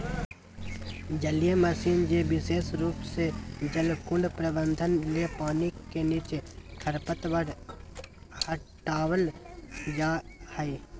जलीय मशीन जे विशेष रूप से जलकुंड प्रबंधन ले पानी के नीचे खरपतवार हटावल जा हई